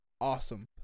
awesome